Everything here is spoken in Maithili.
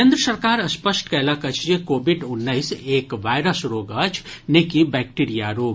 केन्द्र सरकार स्पष्ट कयलक अछि जे कोविड उन्नैस एक वायरस रोग अछि ने कि बैक्टीरिया रोग